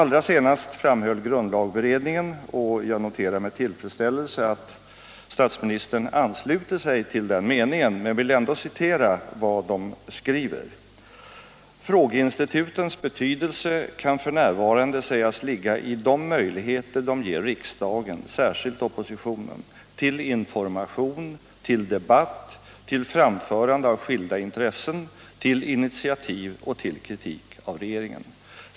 Allra senast framhöll grundlagberedningen, och Måndagen den jag noterar med tillfredsställelse att statsministern ansluter sig till den 16 maj 1977 meningen: ”Frågeinstitutens betydelse kan för närvarande sägas ligga i Ki i de möjligheter de ger riksdagen, särskilt oppositionen, till information, Om frågeinstituten i till debatt, till framförande av skilda intressen, till initiativ och till kritik — riksdagen av regeringen.